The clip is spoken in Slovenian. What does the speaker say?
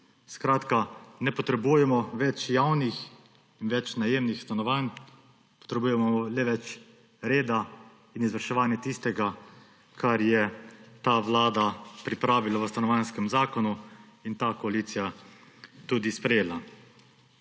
zakonom. Ne potrebujemo več javnih in več najemnih stanovanj, potrebujemo le več reda in izvrševanje tistega, kar je ta vlada pripravila v Stanovanjskem zakonu in ta koalicija tudi sprejela.